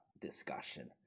discussion